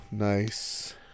Nice